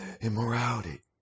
immorality